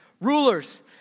Rulers